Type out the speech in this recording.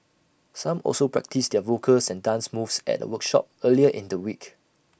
some also practised their vocals and dance moves at A workshop earlier in the week